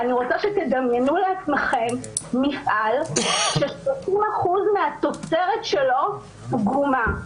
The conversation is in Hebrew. אני רוצה שתדמיינו לעצמכם מפעל ש-30% מהתוצרת שלו פגומה.